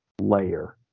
layer